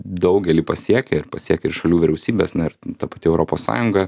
daugelį pasiekė ir pasiekė ir šalių vyriausybes na ir ta pati europos sąjunga